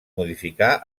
modificar